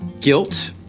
guilt